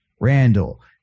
Randall